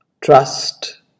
Trust